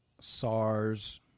SARS